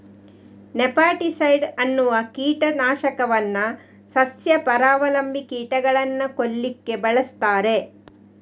nematicide ಅನ್ನುವ ಕೀಟ ನಾಶಕವನ್ನ ಸಸ್ಯ ಪರಾವಲಂಬಿ ಕೀಟಗಳನ್ನ ಕೊಲ್ಲಿಕ್ಕೆ ಬಳಸ್ತಾರೆ